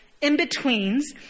in-betweens